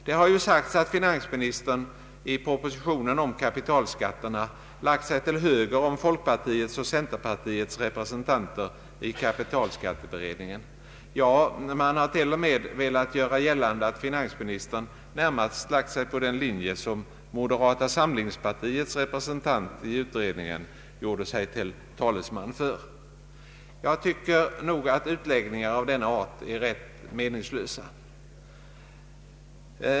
Det har sagts att finansministern i propositionen om kapitalskatterna lagt sig till höger om folkpartiets och centerpartiets representanter i kapitalskatteberedningen, ja, man har till och med velat göra gällande att finansministern närmast lagt sig på den linje som moderata samlingspartiets representant i utredningen gjorde sig till talesman för. Jag tycker nog att utläggningar av denna art är rätt meningslösa.